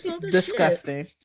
Disgusting